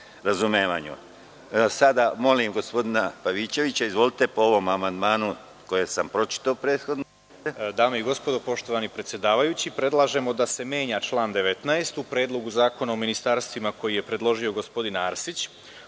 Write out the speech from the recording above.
razumevanju. Gospodine Pavićeviću, izvolite po ovom amandmanu. **Vladimir Pavićević** Dame i gospodo, poštovani predsedavajući, predlažemo da se menja član 19. u Predlogu zakona o ministarstvima koji je predložio gospodin Arsić.